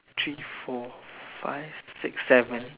three four five six seven